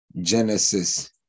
Genesis